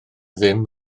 ddim